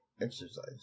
exercise